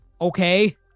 Okay